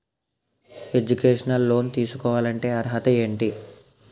Educational loan తీసుకోవాలంటే అర్హత ఏంటి?